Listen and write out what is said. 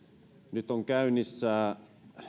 nyt on käynnissä